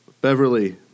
Beverly